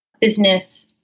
business